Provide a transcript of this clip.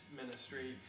ministry